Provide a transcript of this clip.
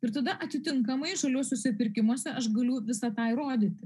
ir tada atitinkamai žoliuosiuose pirkimuose pirkimuose aš galiu visą tą įrodyti